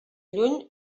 lluny